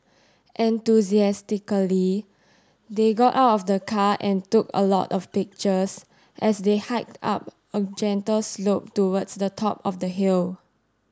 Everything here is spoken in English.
enthusiastically they got out of the car and took a lot of pictures as they hiked up a gentle slope towards the top of the hill